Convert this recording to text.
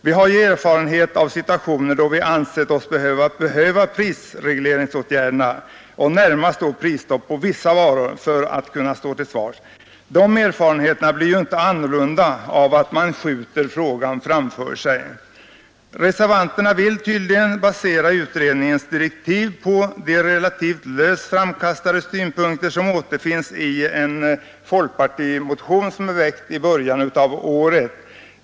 Vi har ju erfarenheter av situationer då vi ansett oss behöva prisregleringsåtgärder, närmast ett prisstopp på vissa varor, för att kunna stå till svars. De erfarenheterna blir inte annorlunda av att man skjuter frågan framför sig. Reservanterna vill tydligen basera utredningens direktiv på de relativt löst framkastade synpunkter som återfinns i en folkpartimotion, väckt i början av året.